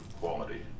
quality